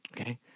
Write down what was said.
okay